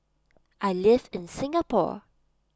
I live in Singapore